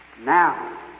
Now